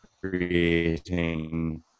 creating